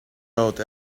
out